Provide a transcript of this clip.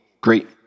great